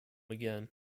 again